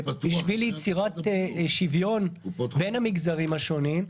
פתוח ----- בשביל יצירת שוויון בין המגזרים השונים,